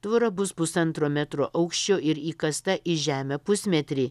tvora bus pusantro metro aukščio ir įkasta į žemę pusmetrį